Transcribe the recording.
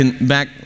back